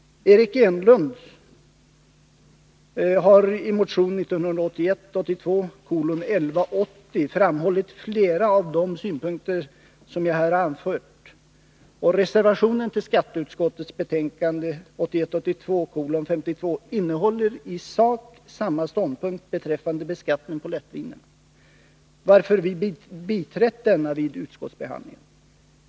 Eric Enlund har i motion 1981 82:52 innehåller i sak samma ståndpunkt beträffande beskattningen på lättvinerna, varför vi biträtt denna vid utskottsbehandlingen.